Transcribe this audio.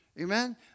Amen